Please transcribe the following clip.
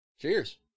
Cheers